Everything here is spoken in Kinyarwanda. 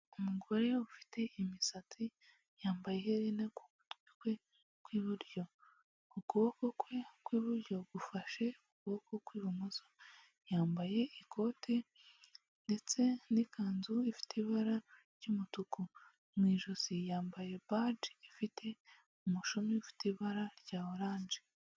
Umugore ufite imisatsi yambaye iherena ku gutwi kwe kw'iburyo, ukuboko kwe kw'iburyo gufashe ukuboko kw'ibumoso, yambaye ikote ndetse n'ikanzu ifite ibara ry'umutuku, mu ijosi yambaye baji ifite umushumi ufite ibara rya oranje.